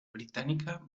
británica